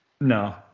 No